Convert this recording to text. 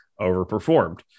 overperformed